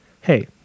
hey